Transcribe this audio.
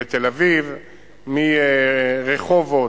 לתל-אביב, מרחובות,